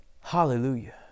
Hallelujah